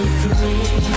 free